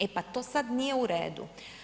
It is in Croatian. E pa to sad nije u redu.